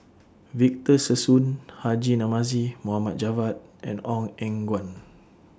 Victor Sassoon Haji Namazie Mohd Javad and Ong Eng Guan